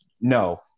no